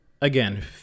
again